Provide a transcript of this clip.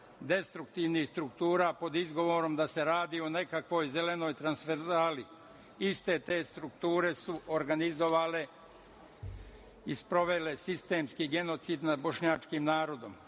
destruktivnih struktura, pod izgovorom da se radi o nekakvoj zelenoj transferzali. Iste te strukture su organizovale i sprovele sistemski genocid nad bošnjačkim narodom,